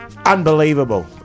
Unbelievable